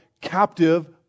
captive